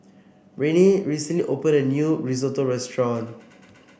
Renae recently opened a new Risotto restaurant